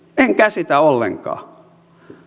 en käsitä ollenkaan